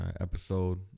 Episode